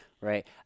Right